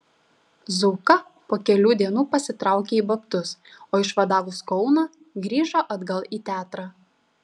zauka po kelių dienų pasitraukė į babtus o išvadavus kauną grįžo atgal į teatrą